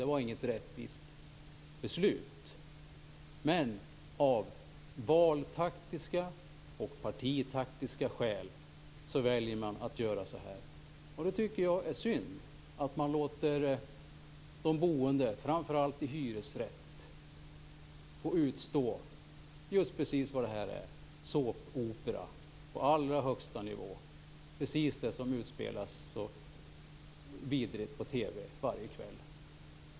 Det var inget rättvist beslut. Men av valtaktiska och partitaktiska skäl väljer man att göra så här. Jag tycker att det är synd att man låter de boende, framför allt i hyresrätt, få utstå just vad detta är, nämligen såpopera på allra högsta nivå. Det liknar precis det som utspelas så vidrigt på TV varje kväll.